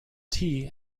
tea